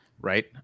right